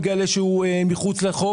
אז פתאום הוא יגלה שהוא מחוץ לחוק.